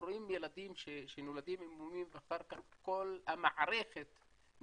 אנחנו רואים ילדים שנולדים עם מומים ואחר כך כל המערכת נכנסת